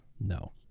No